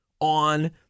on